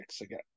again